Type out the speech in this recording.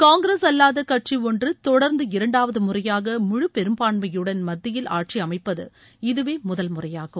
காங்கிரஸ் அல்லாத கட்சி ஒன்று தொடர்ந்து இரண்டாவது முறையாக முழு பெரும்பான்மையுடன் மத்தியில் ஆட்சி அமைப்பது இதுவே முதல் முறையாகும்